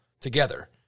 together